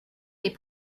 les